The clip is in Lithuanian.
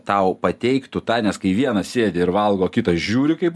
tau pateiktų tą nes kai vienas sėdi ir valgo kitas žiūri kaip